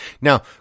Now